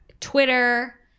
Twitter